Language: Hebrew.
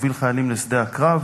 הוביל חיילים לשדה הקרב,